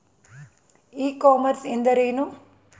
E commerce ಎಂದರೇನು?